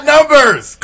Numbers